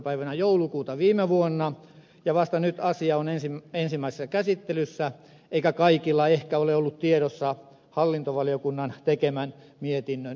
päivänä joulukuuta viime vuonna ja vasta nyt asia on ensimmäisessä käsittelyssä eikä kaikilla ehkä ole ollut tiedossa hallintovaliokunnan tekemän mietinnön sisältö